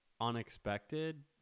unexpected